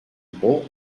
pouco